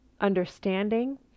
understanding